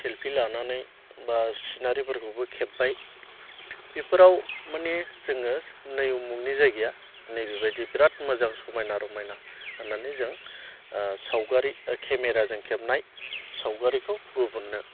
selfie लानानै एबा सिनारिफोरखौबो खेबबाय बेफोराव मानि जोङो नै उमुगनि जायगाया नैबेबायदि बेराद समायना रमायना होननानै जों सावगारि केमेराजों खेबनाय सावगारिखौ गुबुननो